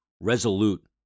resolute